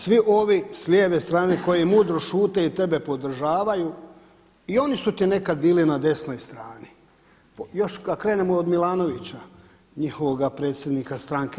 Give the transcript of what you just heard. Svi ovi s lijeve strane koji mudro šute i tebe podržavaju i oni su ti nekada bili na desnoj strani, još kada krenemo od Milanovića njihovoga predsjednika stranke.